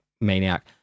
maniac